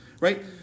right